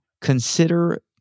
consider